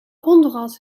hondenras